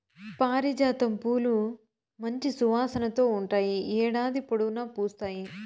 పారిజాతం పూలు మంచి సువాసనతో ఉంటాయి, ఏడాది పొడవునా పూస్తాయి